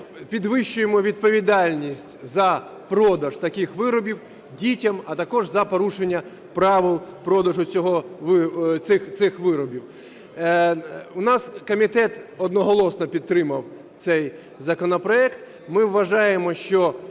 підвищуємо відповідальність за продаж таких виробів дітям, а також за порушення правил продажу цих виробів. У нас комітет одноголосно підтримав цей законопроект. Ми вважаємо, що